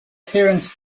parents